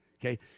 Okay